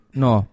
no